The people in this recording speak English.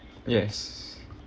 yes